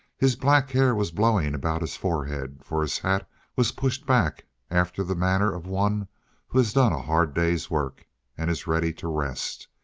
his black hair was blowing about his forehead, for his hat was pushed back after the manner of one who has done a hard day's work and is ready to rest.